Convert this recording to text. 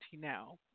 now